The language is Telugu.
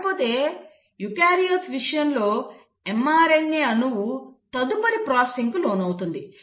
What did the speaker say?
కాకపోతే యూకారియోట్ల విషయంలో mRNA అణువు తదుపరి ప్రాసెసింగ్కు లోనవుతుంది